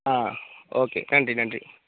ஆ okay நன்றி நன்றி